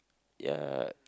ya